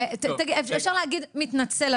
צורם לי, מצטערת.